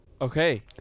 Okay